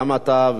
גם אתה,